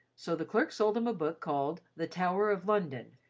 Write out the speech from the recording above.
so the clerk sold him a book called the tower of london,